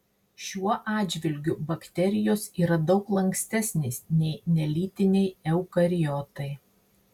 šiuo atžvilgiu bakterijos yra daug lankstesnės nei nelytiniai eukariotai